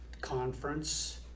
conference